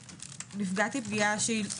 נפגעתי פגיעה דרך רכישת